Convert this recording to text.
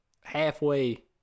halfway